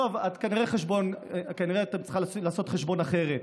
את כנראה צריכה לעשות חשבון אחרת,